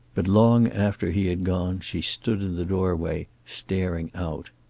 but long after he had gone she stood in the doorway, staring out.